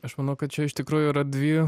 aš manau kad čia iš tikrųjų yra dvi